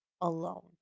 alone